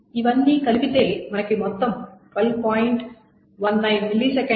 ఇవన్నీ కలిపితే మనకు మొత్తం 12